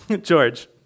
George